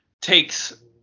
takes